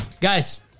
guys